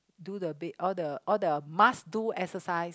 do the bed all the all the must do exercise